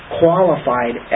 qualified